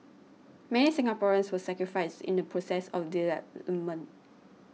many Singaporeans were sacrificed in the process of development